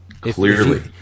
Clearly